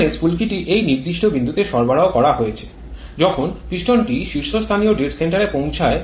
এখানে স্ফুলকিটি এই নির্দিষ্ট বিন্দুতে সরবরাহ করা হয়েছে যখন পিস্টনটি শীর্ষস্থানীয় ডেড সেন্টারে পৌঁছে